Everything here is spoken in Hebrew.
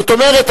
זאת אומרת,